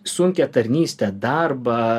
sunkią tarnystę darbą